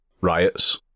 riots